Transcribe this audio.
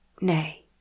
Nay